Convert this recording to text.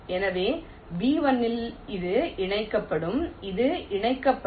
எனவே B1ல் இது இணைக்கப்படும் இது இணைக்கப்படும்